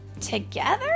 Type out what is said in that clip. together